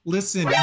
Listen